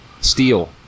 Steel